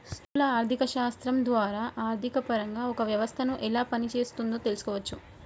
స్థూల ఆర్థికశాస్త్రం ద్వారా ఆర్థికపరంగా ఒక వ్యవస్థను ఎలా పనిచేస్తోందో తెలుసుకోవచ్చు